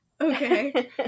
Okay